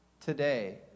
today